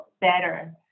better